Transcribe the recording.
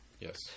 Yes